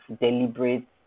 deliberate